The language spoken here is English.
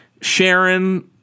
Sharon